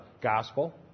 gospel